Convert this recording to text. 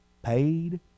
Paid